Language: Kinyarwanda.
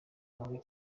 mabi